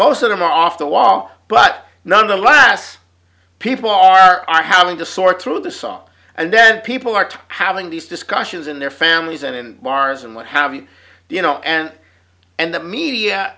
most of them off the wall but nonetheless people are are having to sort through this song and then people are having these discussions in their families and in bars and what have you you know and and the media